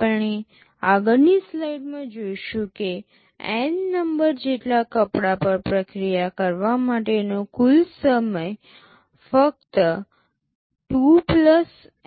આપણે આગળની સ્લાઈડમાં જોઈશું કે N નંબર જેટલા કપડાં પર પ્રક્રિયા કરવા માટેનો કુલ સમય ફક્ત 2